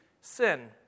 sin